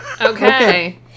Okay